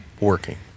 working